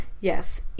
Yes